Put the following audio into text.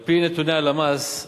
על-פי נתוני הלמ"ס,